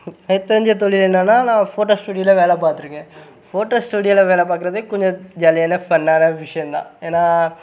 எனக்கு தெரிஞ்ச தொழில் என்னென்னா நான் ஃபோட்டோ ஸ்டூடியோவில் வேலை பார்த்துருக்கேன் ஃபோட்டோ ஸ்டூடியோவில் வேலை பார்க்குறதே கொஞ்சம் ஜாலியான ஃபன்னான விஷயந்தான் ஏன்னா